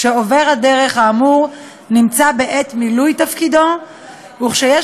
כשעובר הדרך האמור נמצא בעת מילוי תפקידו וכשיש